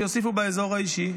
שיוסיפו באזור האישי.